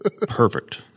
Perfect